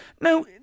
Now